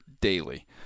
daily